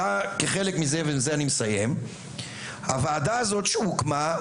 ולפי הדברים של עו"ד שמעון מזרחי יצאו מכתבים ולא קיבלו תשובה,